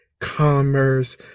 commerce